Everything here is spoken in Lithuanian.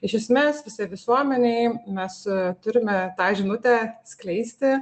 iš esmės visa visuomenėj mes turime tą žinutę skleisti